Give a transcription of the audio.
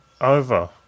over